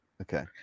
Okay